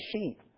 sheep